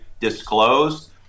disclosed